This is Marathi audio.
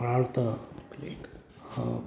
प्रार्थ हा